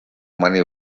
money